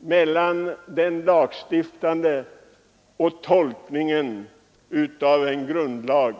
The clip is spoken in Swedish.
mellan den lagstiftande makten och tolkningen av en grundlag.